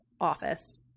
office